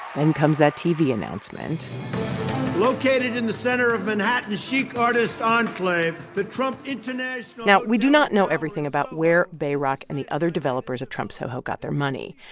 and comes that tv announcement located in the center of manhattan's chic artist enclave, the trump international. now, we do not know everything about where bayrock and the other developers of trump soho got their money.